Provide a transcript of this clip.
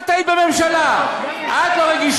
את היית בממשלה, את לא רגישה?